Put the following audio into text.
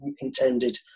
intended